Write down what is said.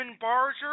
Barger